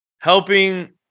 helping